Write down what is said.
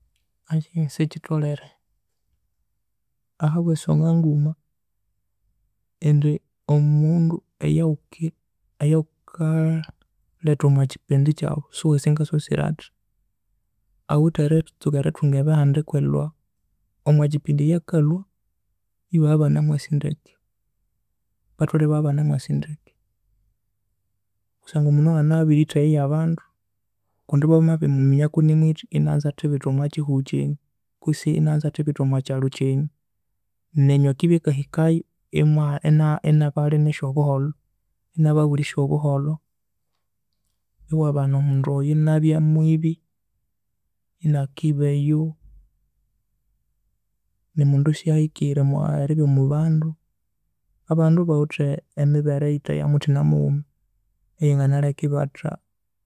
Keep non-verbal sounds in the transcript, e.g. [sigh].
Eyihi sikitholere ahabwa esonga nguma [hesitation] omundu ewaghuki ewuka lhetha omwa kipindi kyaghu siwasi nga sosire athi, awithe eritsuka erithunga ebihandiko erilhwa omwa kipindi eyakalhwa ebabya ibanamwasi ndeke batholhere ababya ibanamwasi ndeke kusangwa omundu anganabya abiritha eyo ya bandu kundi banabimuminya ngoko ni mwithi inanza athibithe omwa kihugho kyenyu kwisi inanza athibithe omwa kyalhu kyenyu nenyu akibya akahikayo omwa ena- enabalhemesya obuholho, inababulhisya obuholho, ewabana omundu oyo enabya mwibi, ina kiba eyo ni mundu syahikire omwa eribya omwa bandu abandu bawithe emibire eyithe ya muthina mughuma eya nganalheka ibatha.